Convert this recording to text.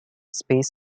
space